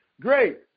Great